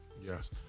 Yes